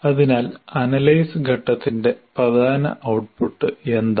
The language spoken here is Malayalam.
അതിനാൽ അനലൈസ് ഘട്ടത്തിന്റെ പ്രധാന ഔട്ട്പുട്ട് എന്താണ്